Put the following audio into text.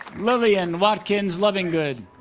lillian watkins lovingood